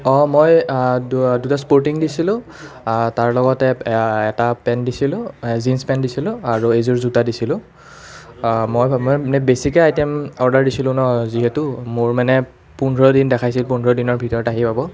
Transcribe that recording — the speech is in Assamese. অঁ মই দুটা দুটা স্পৰ্টিং দিছিলোঁ তাৰ লগতে এটা পেণ্ট দিছিলোঁ জিন্ছ পেণ্ট দিছিলোঁ আৰু এযোৰ জোতা দিছিলোঁ মই মানে বেছিকৈ আইটেম অৰ্ডাৰ দিছিলোঁ ন যিহেতু মোৰ মানে পোন্ধৰ দিন দেখাইছিল পোন্ধৰ দিনৰ ভিতৰত আহি পাব